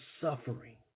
suffering